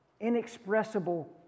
inexpressible